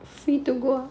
free to go